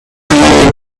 home